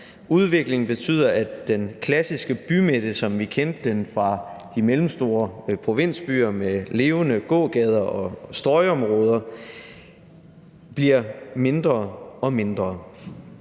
Udviklingen betyder, at den klassiske bymidte, som vi kendte den fra de mellemstore provinsbyer med levende gågader og strøgområder, bliver mindre og mindre.